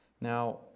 Now